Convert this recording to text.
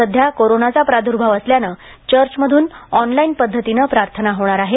सध्या कोरोनाचा प्राद्र्भाव असल्याने चर्चमधून ऑनलाइन पद्धतीनेच प्रार्थना होणार आहे